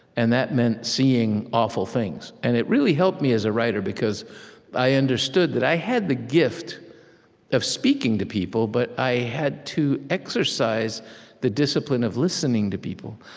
and that meant seeing awful things. and it really helped me as a writer because i understood that i had the gift of speaking to people, but i had to exercise the discipline of listening to people,